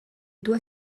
doit